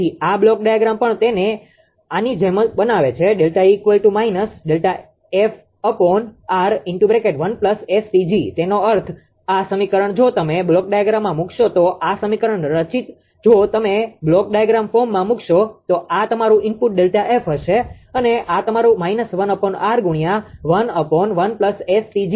તેથી આ block diagram પણ તેને આની જેમ બનાવે છે તેનો અર્થ આ સમીકરણ જો તમે બ્લોક ડાયાગ્રામમાં મૂકશો તો આ સમીકરણ રચિત જો તમે બ્લોક ડાયાગ્રામ ફોર્મ માં મૂકશો તો આ તમારું ઇનપુટ ΔF હશે અને આ તમારું −1𝑅 ગુણ્યા 11 𝑆𝑇𝑔